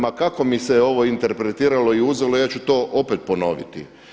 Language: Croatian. Ma kako mi se ovo interpretiralo i uzelo ja ću to opet ponoviti.